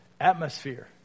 atmosphere